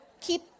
Keep